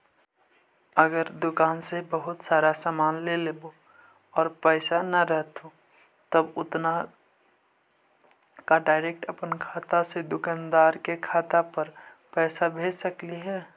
अगर दुकान से बहुत सारा सामान ले लेबै और पैसा न रहतै उतना तब का डैरेकट अपन खाता से दुकानदार के खाता पर पैसा भेज सकली हे?